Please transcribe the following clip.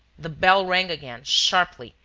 the bell rang again, sharply,